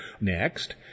Next